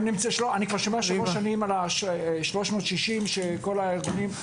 אני כבר שומע שלוש שנים על 360, שכל הארגונים.